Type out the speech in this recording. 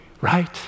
right